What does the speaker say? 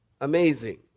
Amazing